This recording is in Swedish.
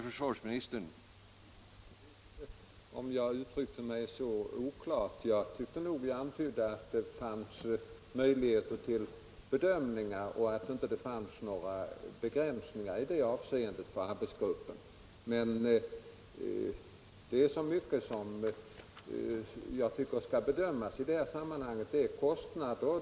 Herr talman! Jag vet inte om jag uttryckte mig oklart — jag tyckte nog att jag antydde möjligheterna till olika bedömningar och sade att det inte gäller några begränsningar i det avseendet för arbetsgruppen. Det är dock många olika saker som bör bedömas i detta sammanhang, bl.a. kostnaderna.